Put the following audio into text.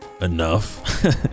Enough